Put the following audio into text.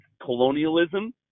colonialism